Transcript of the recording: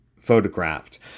photographed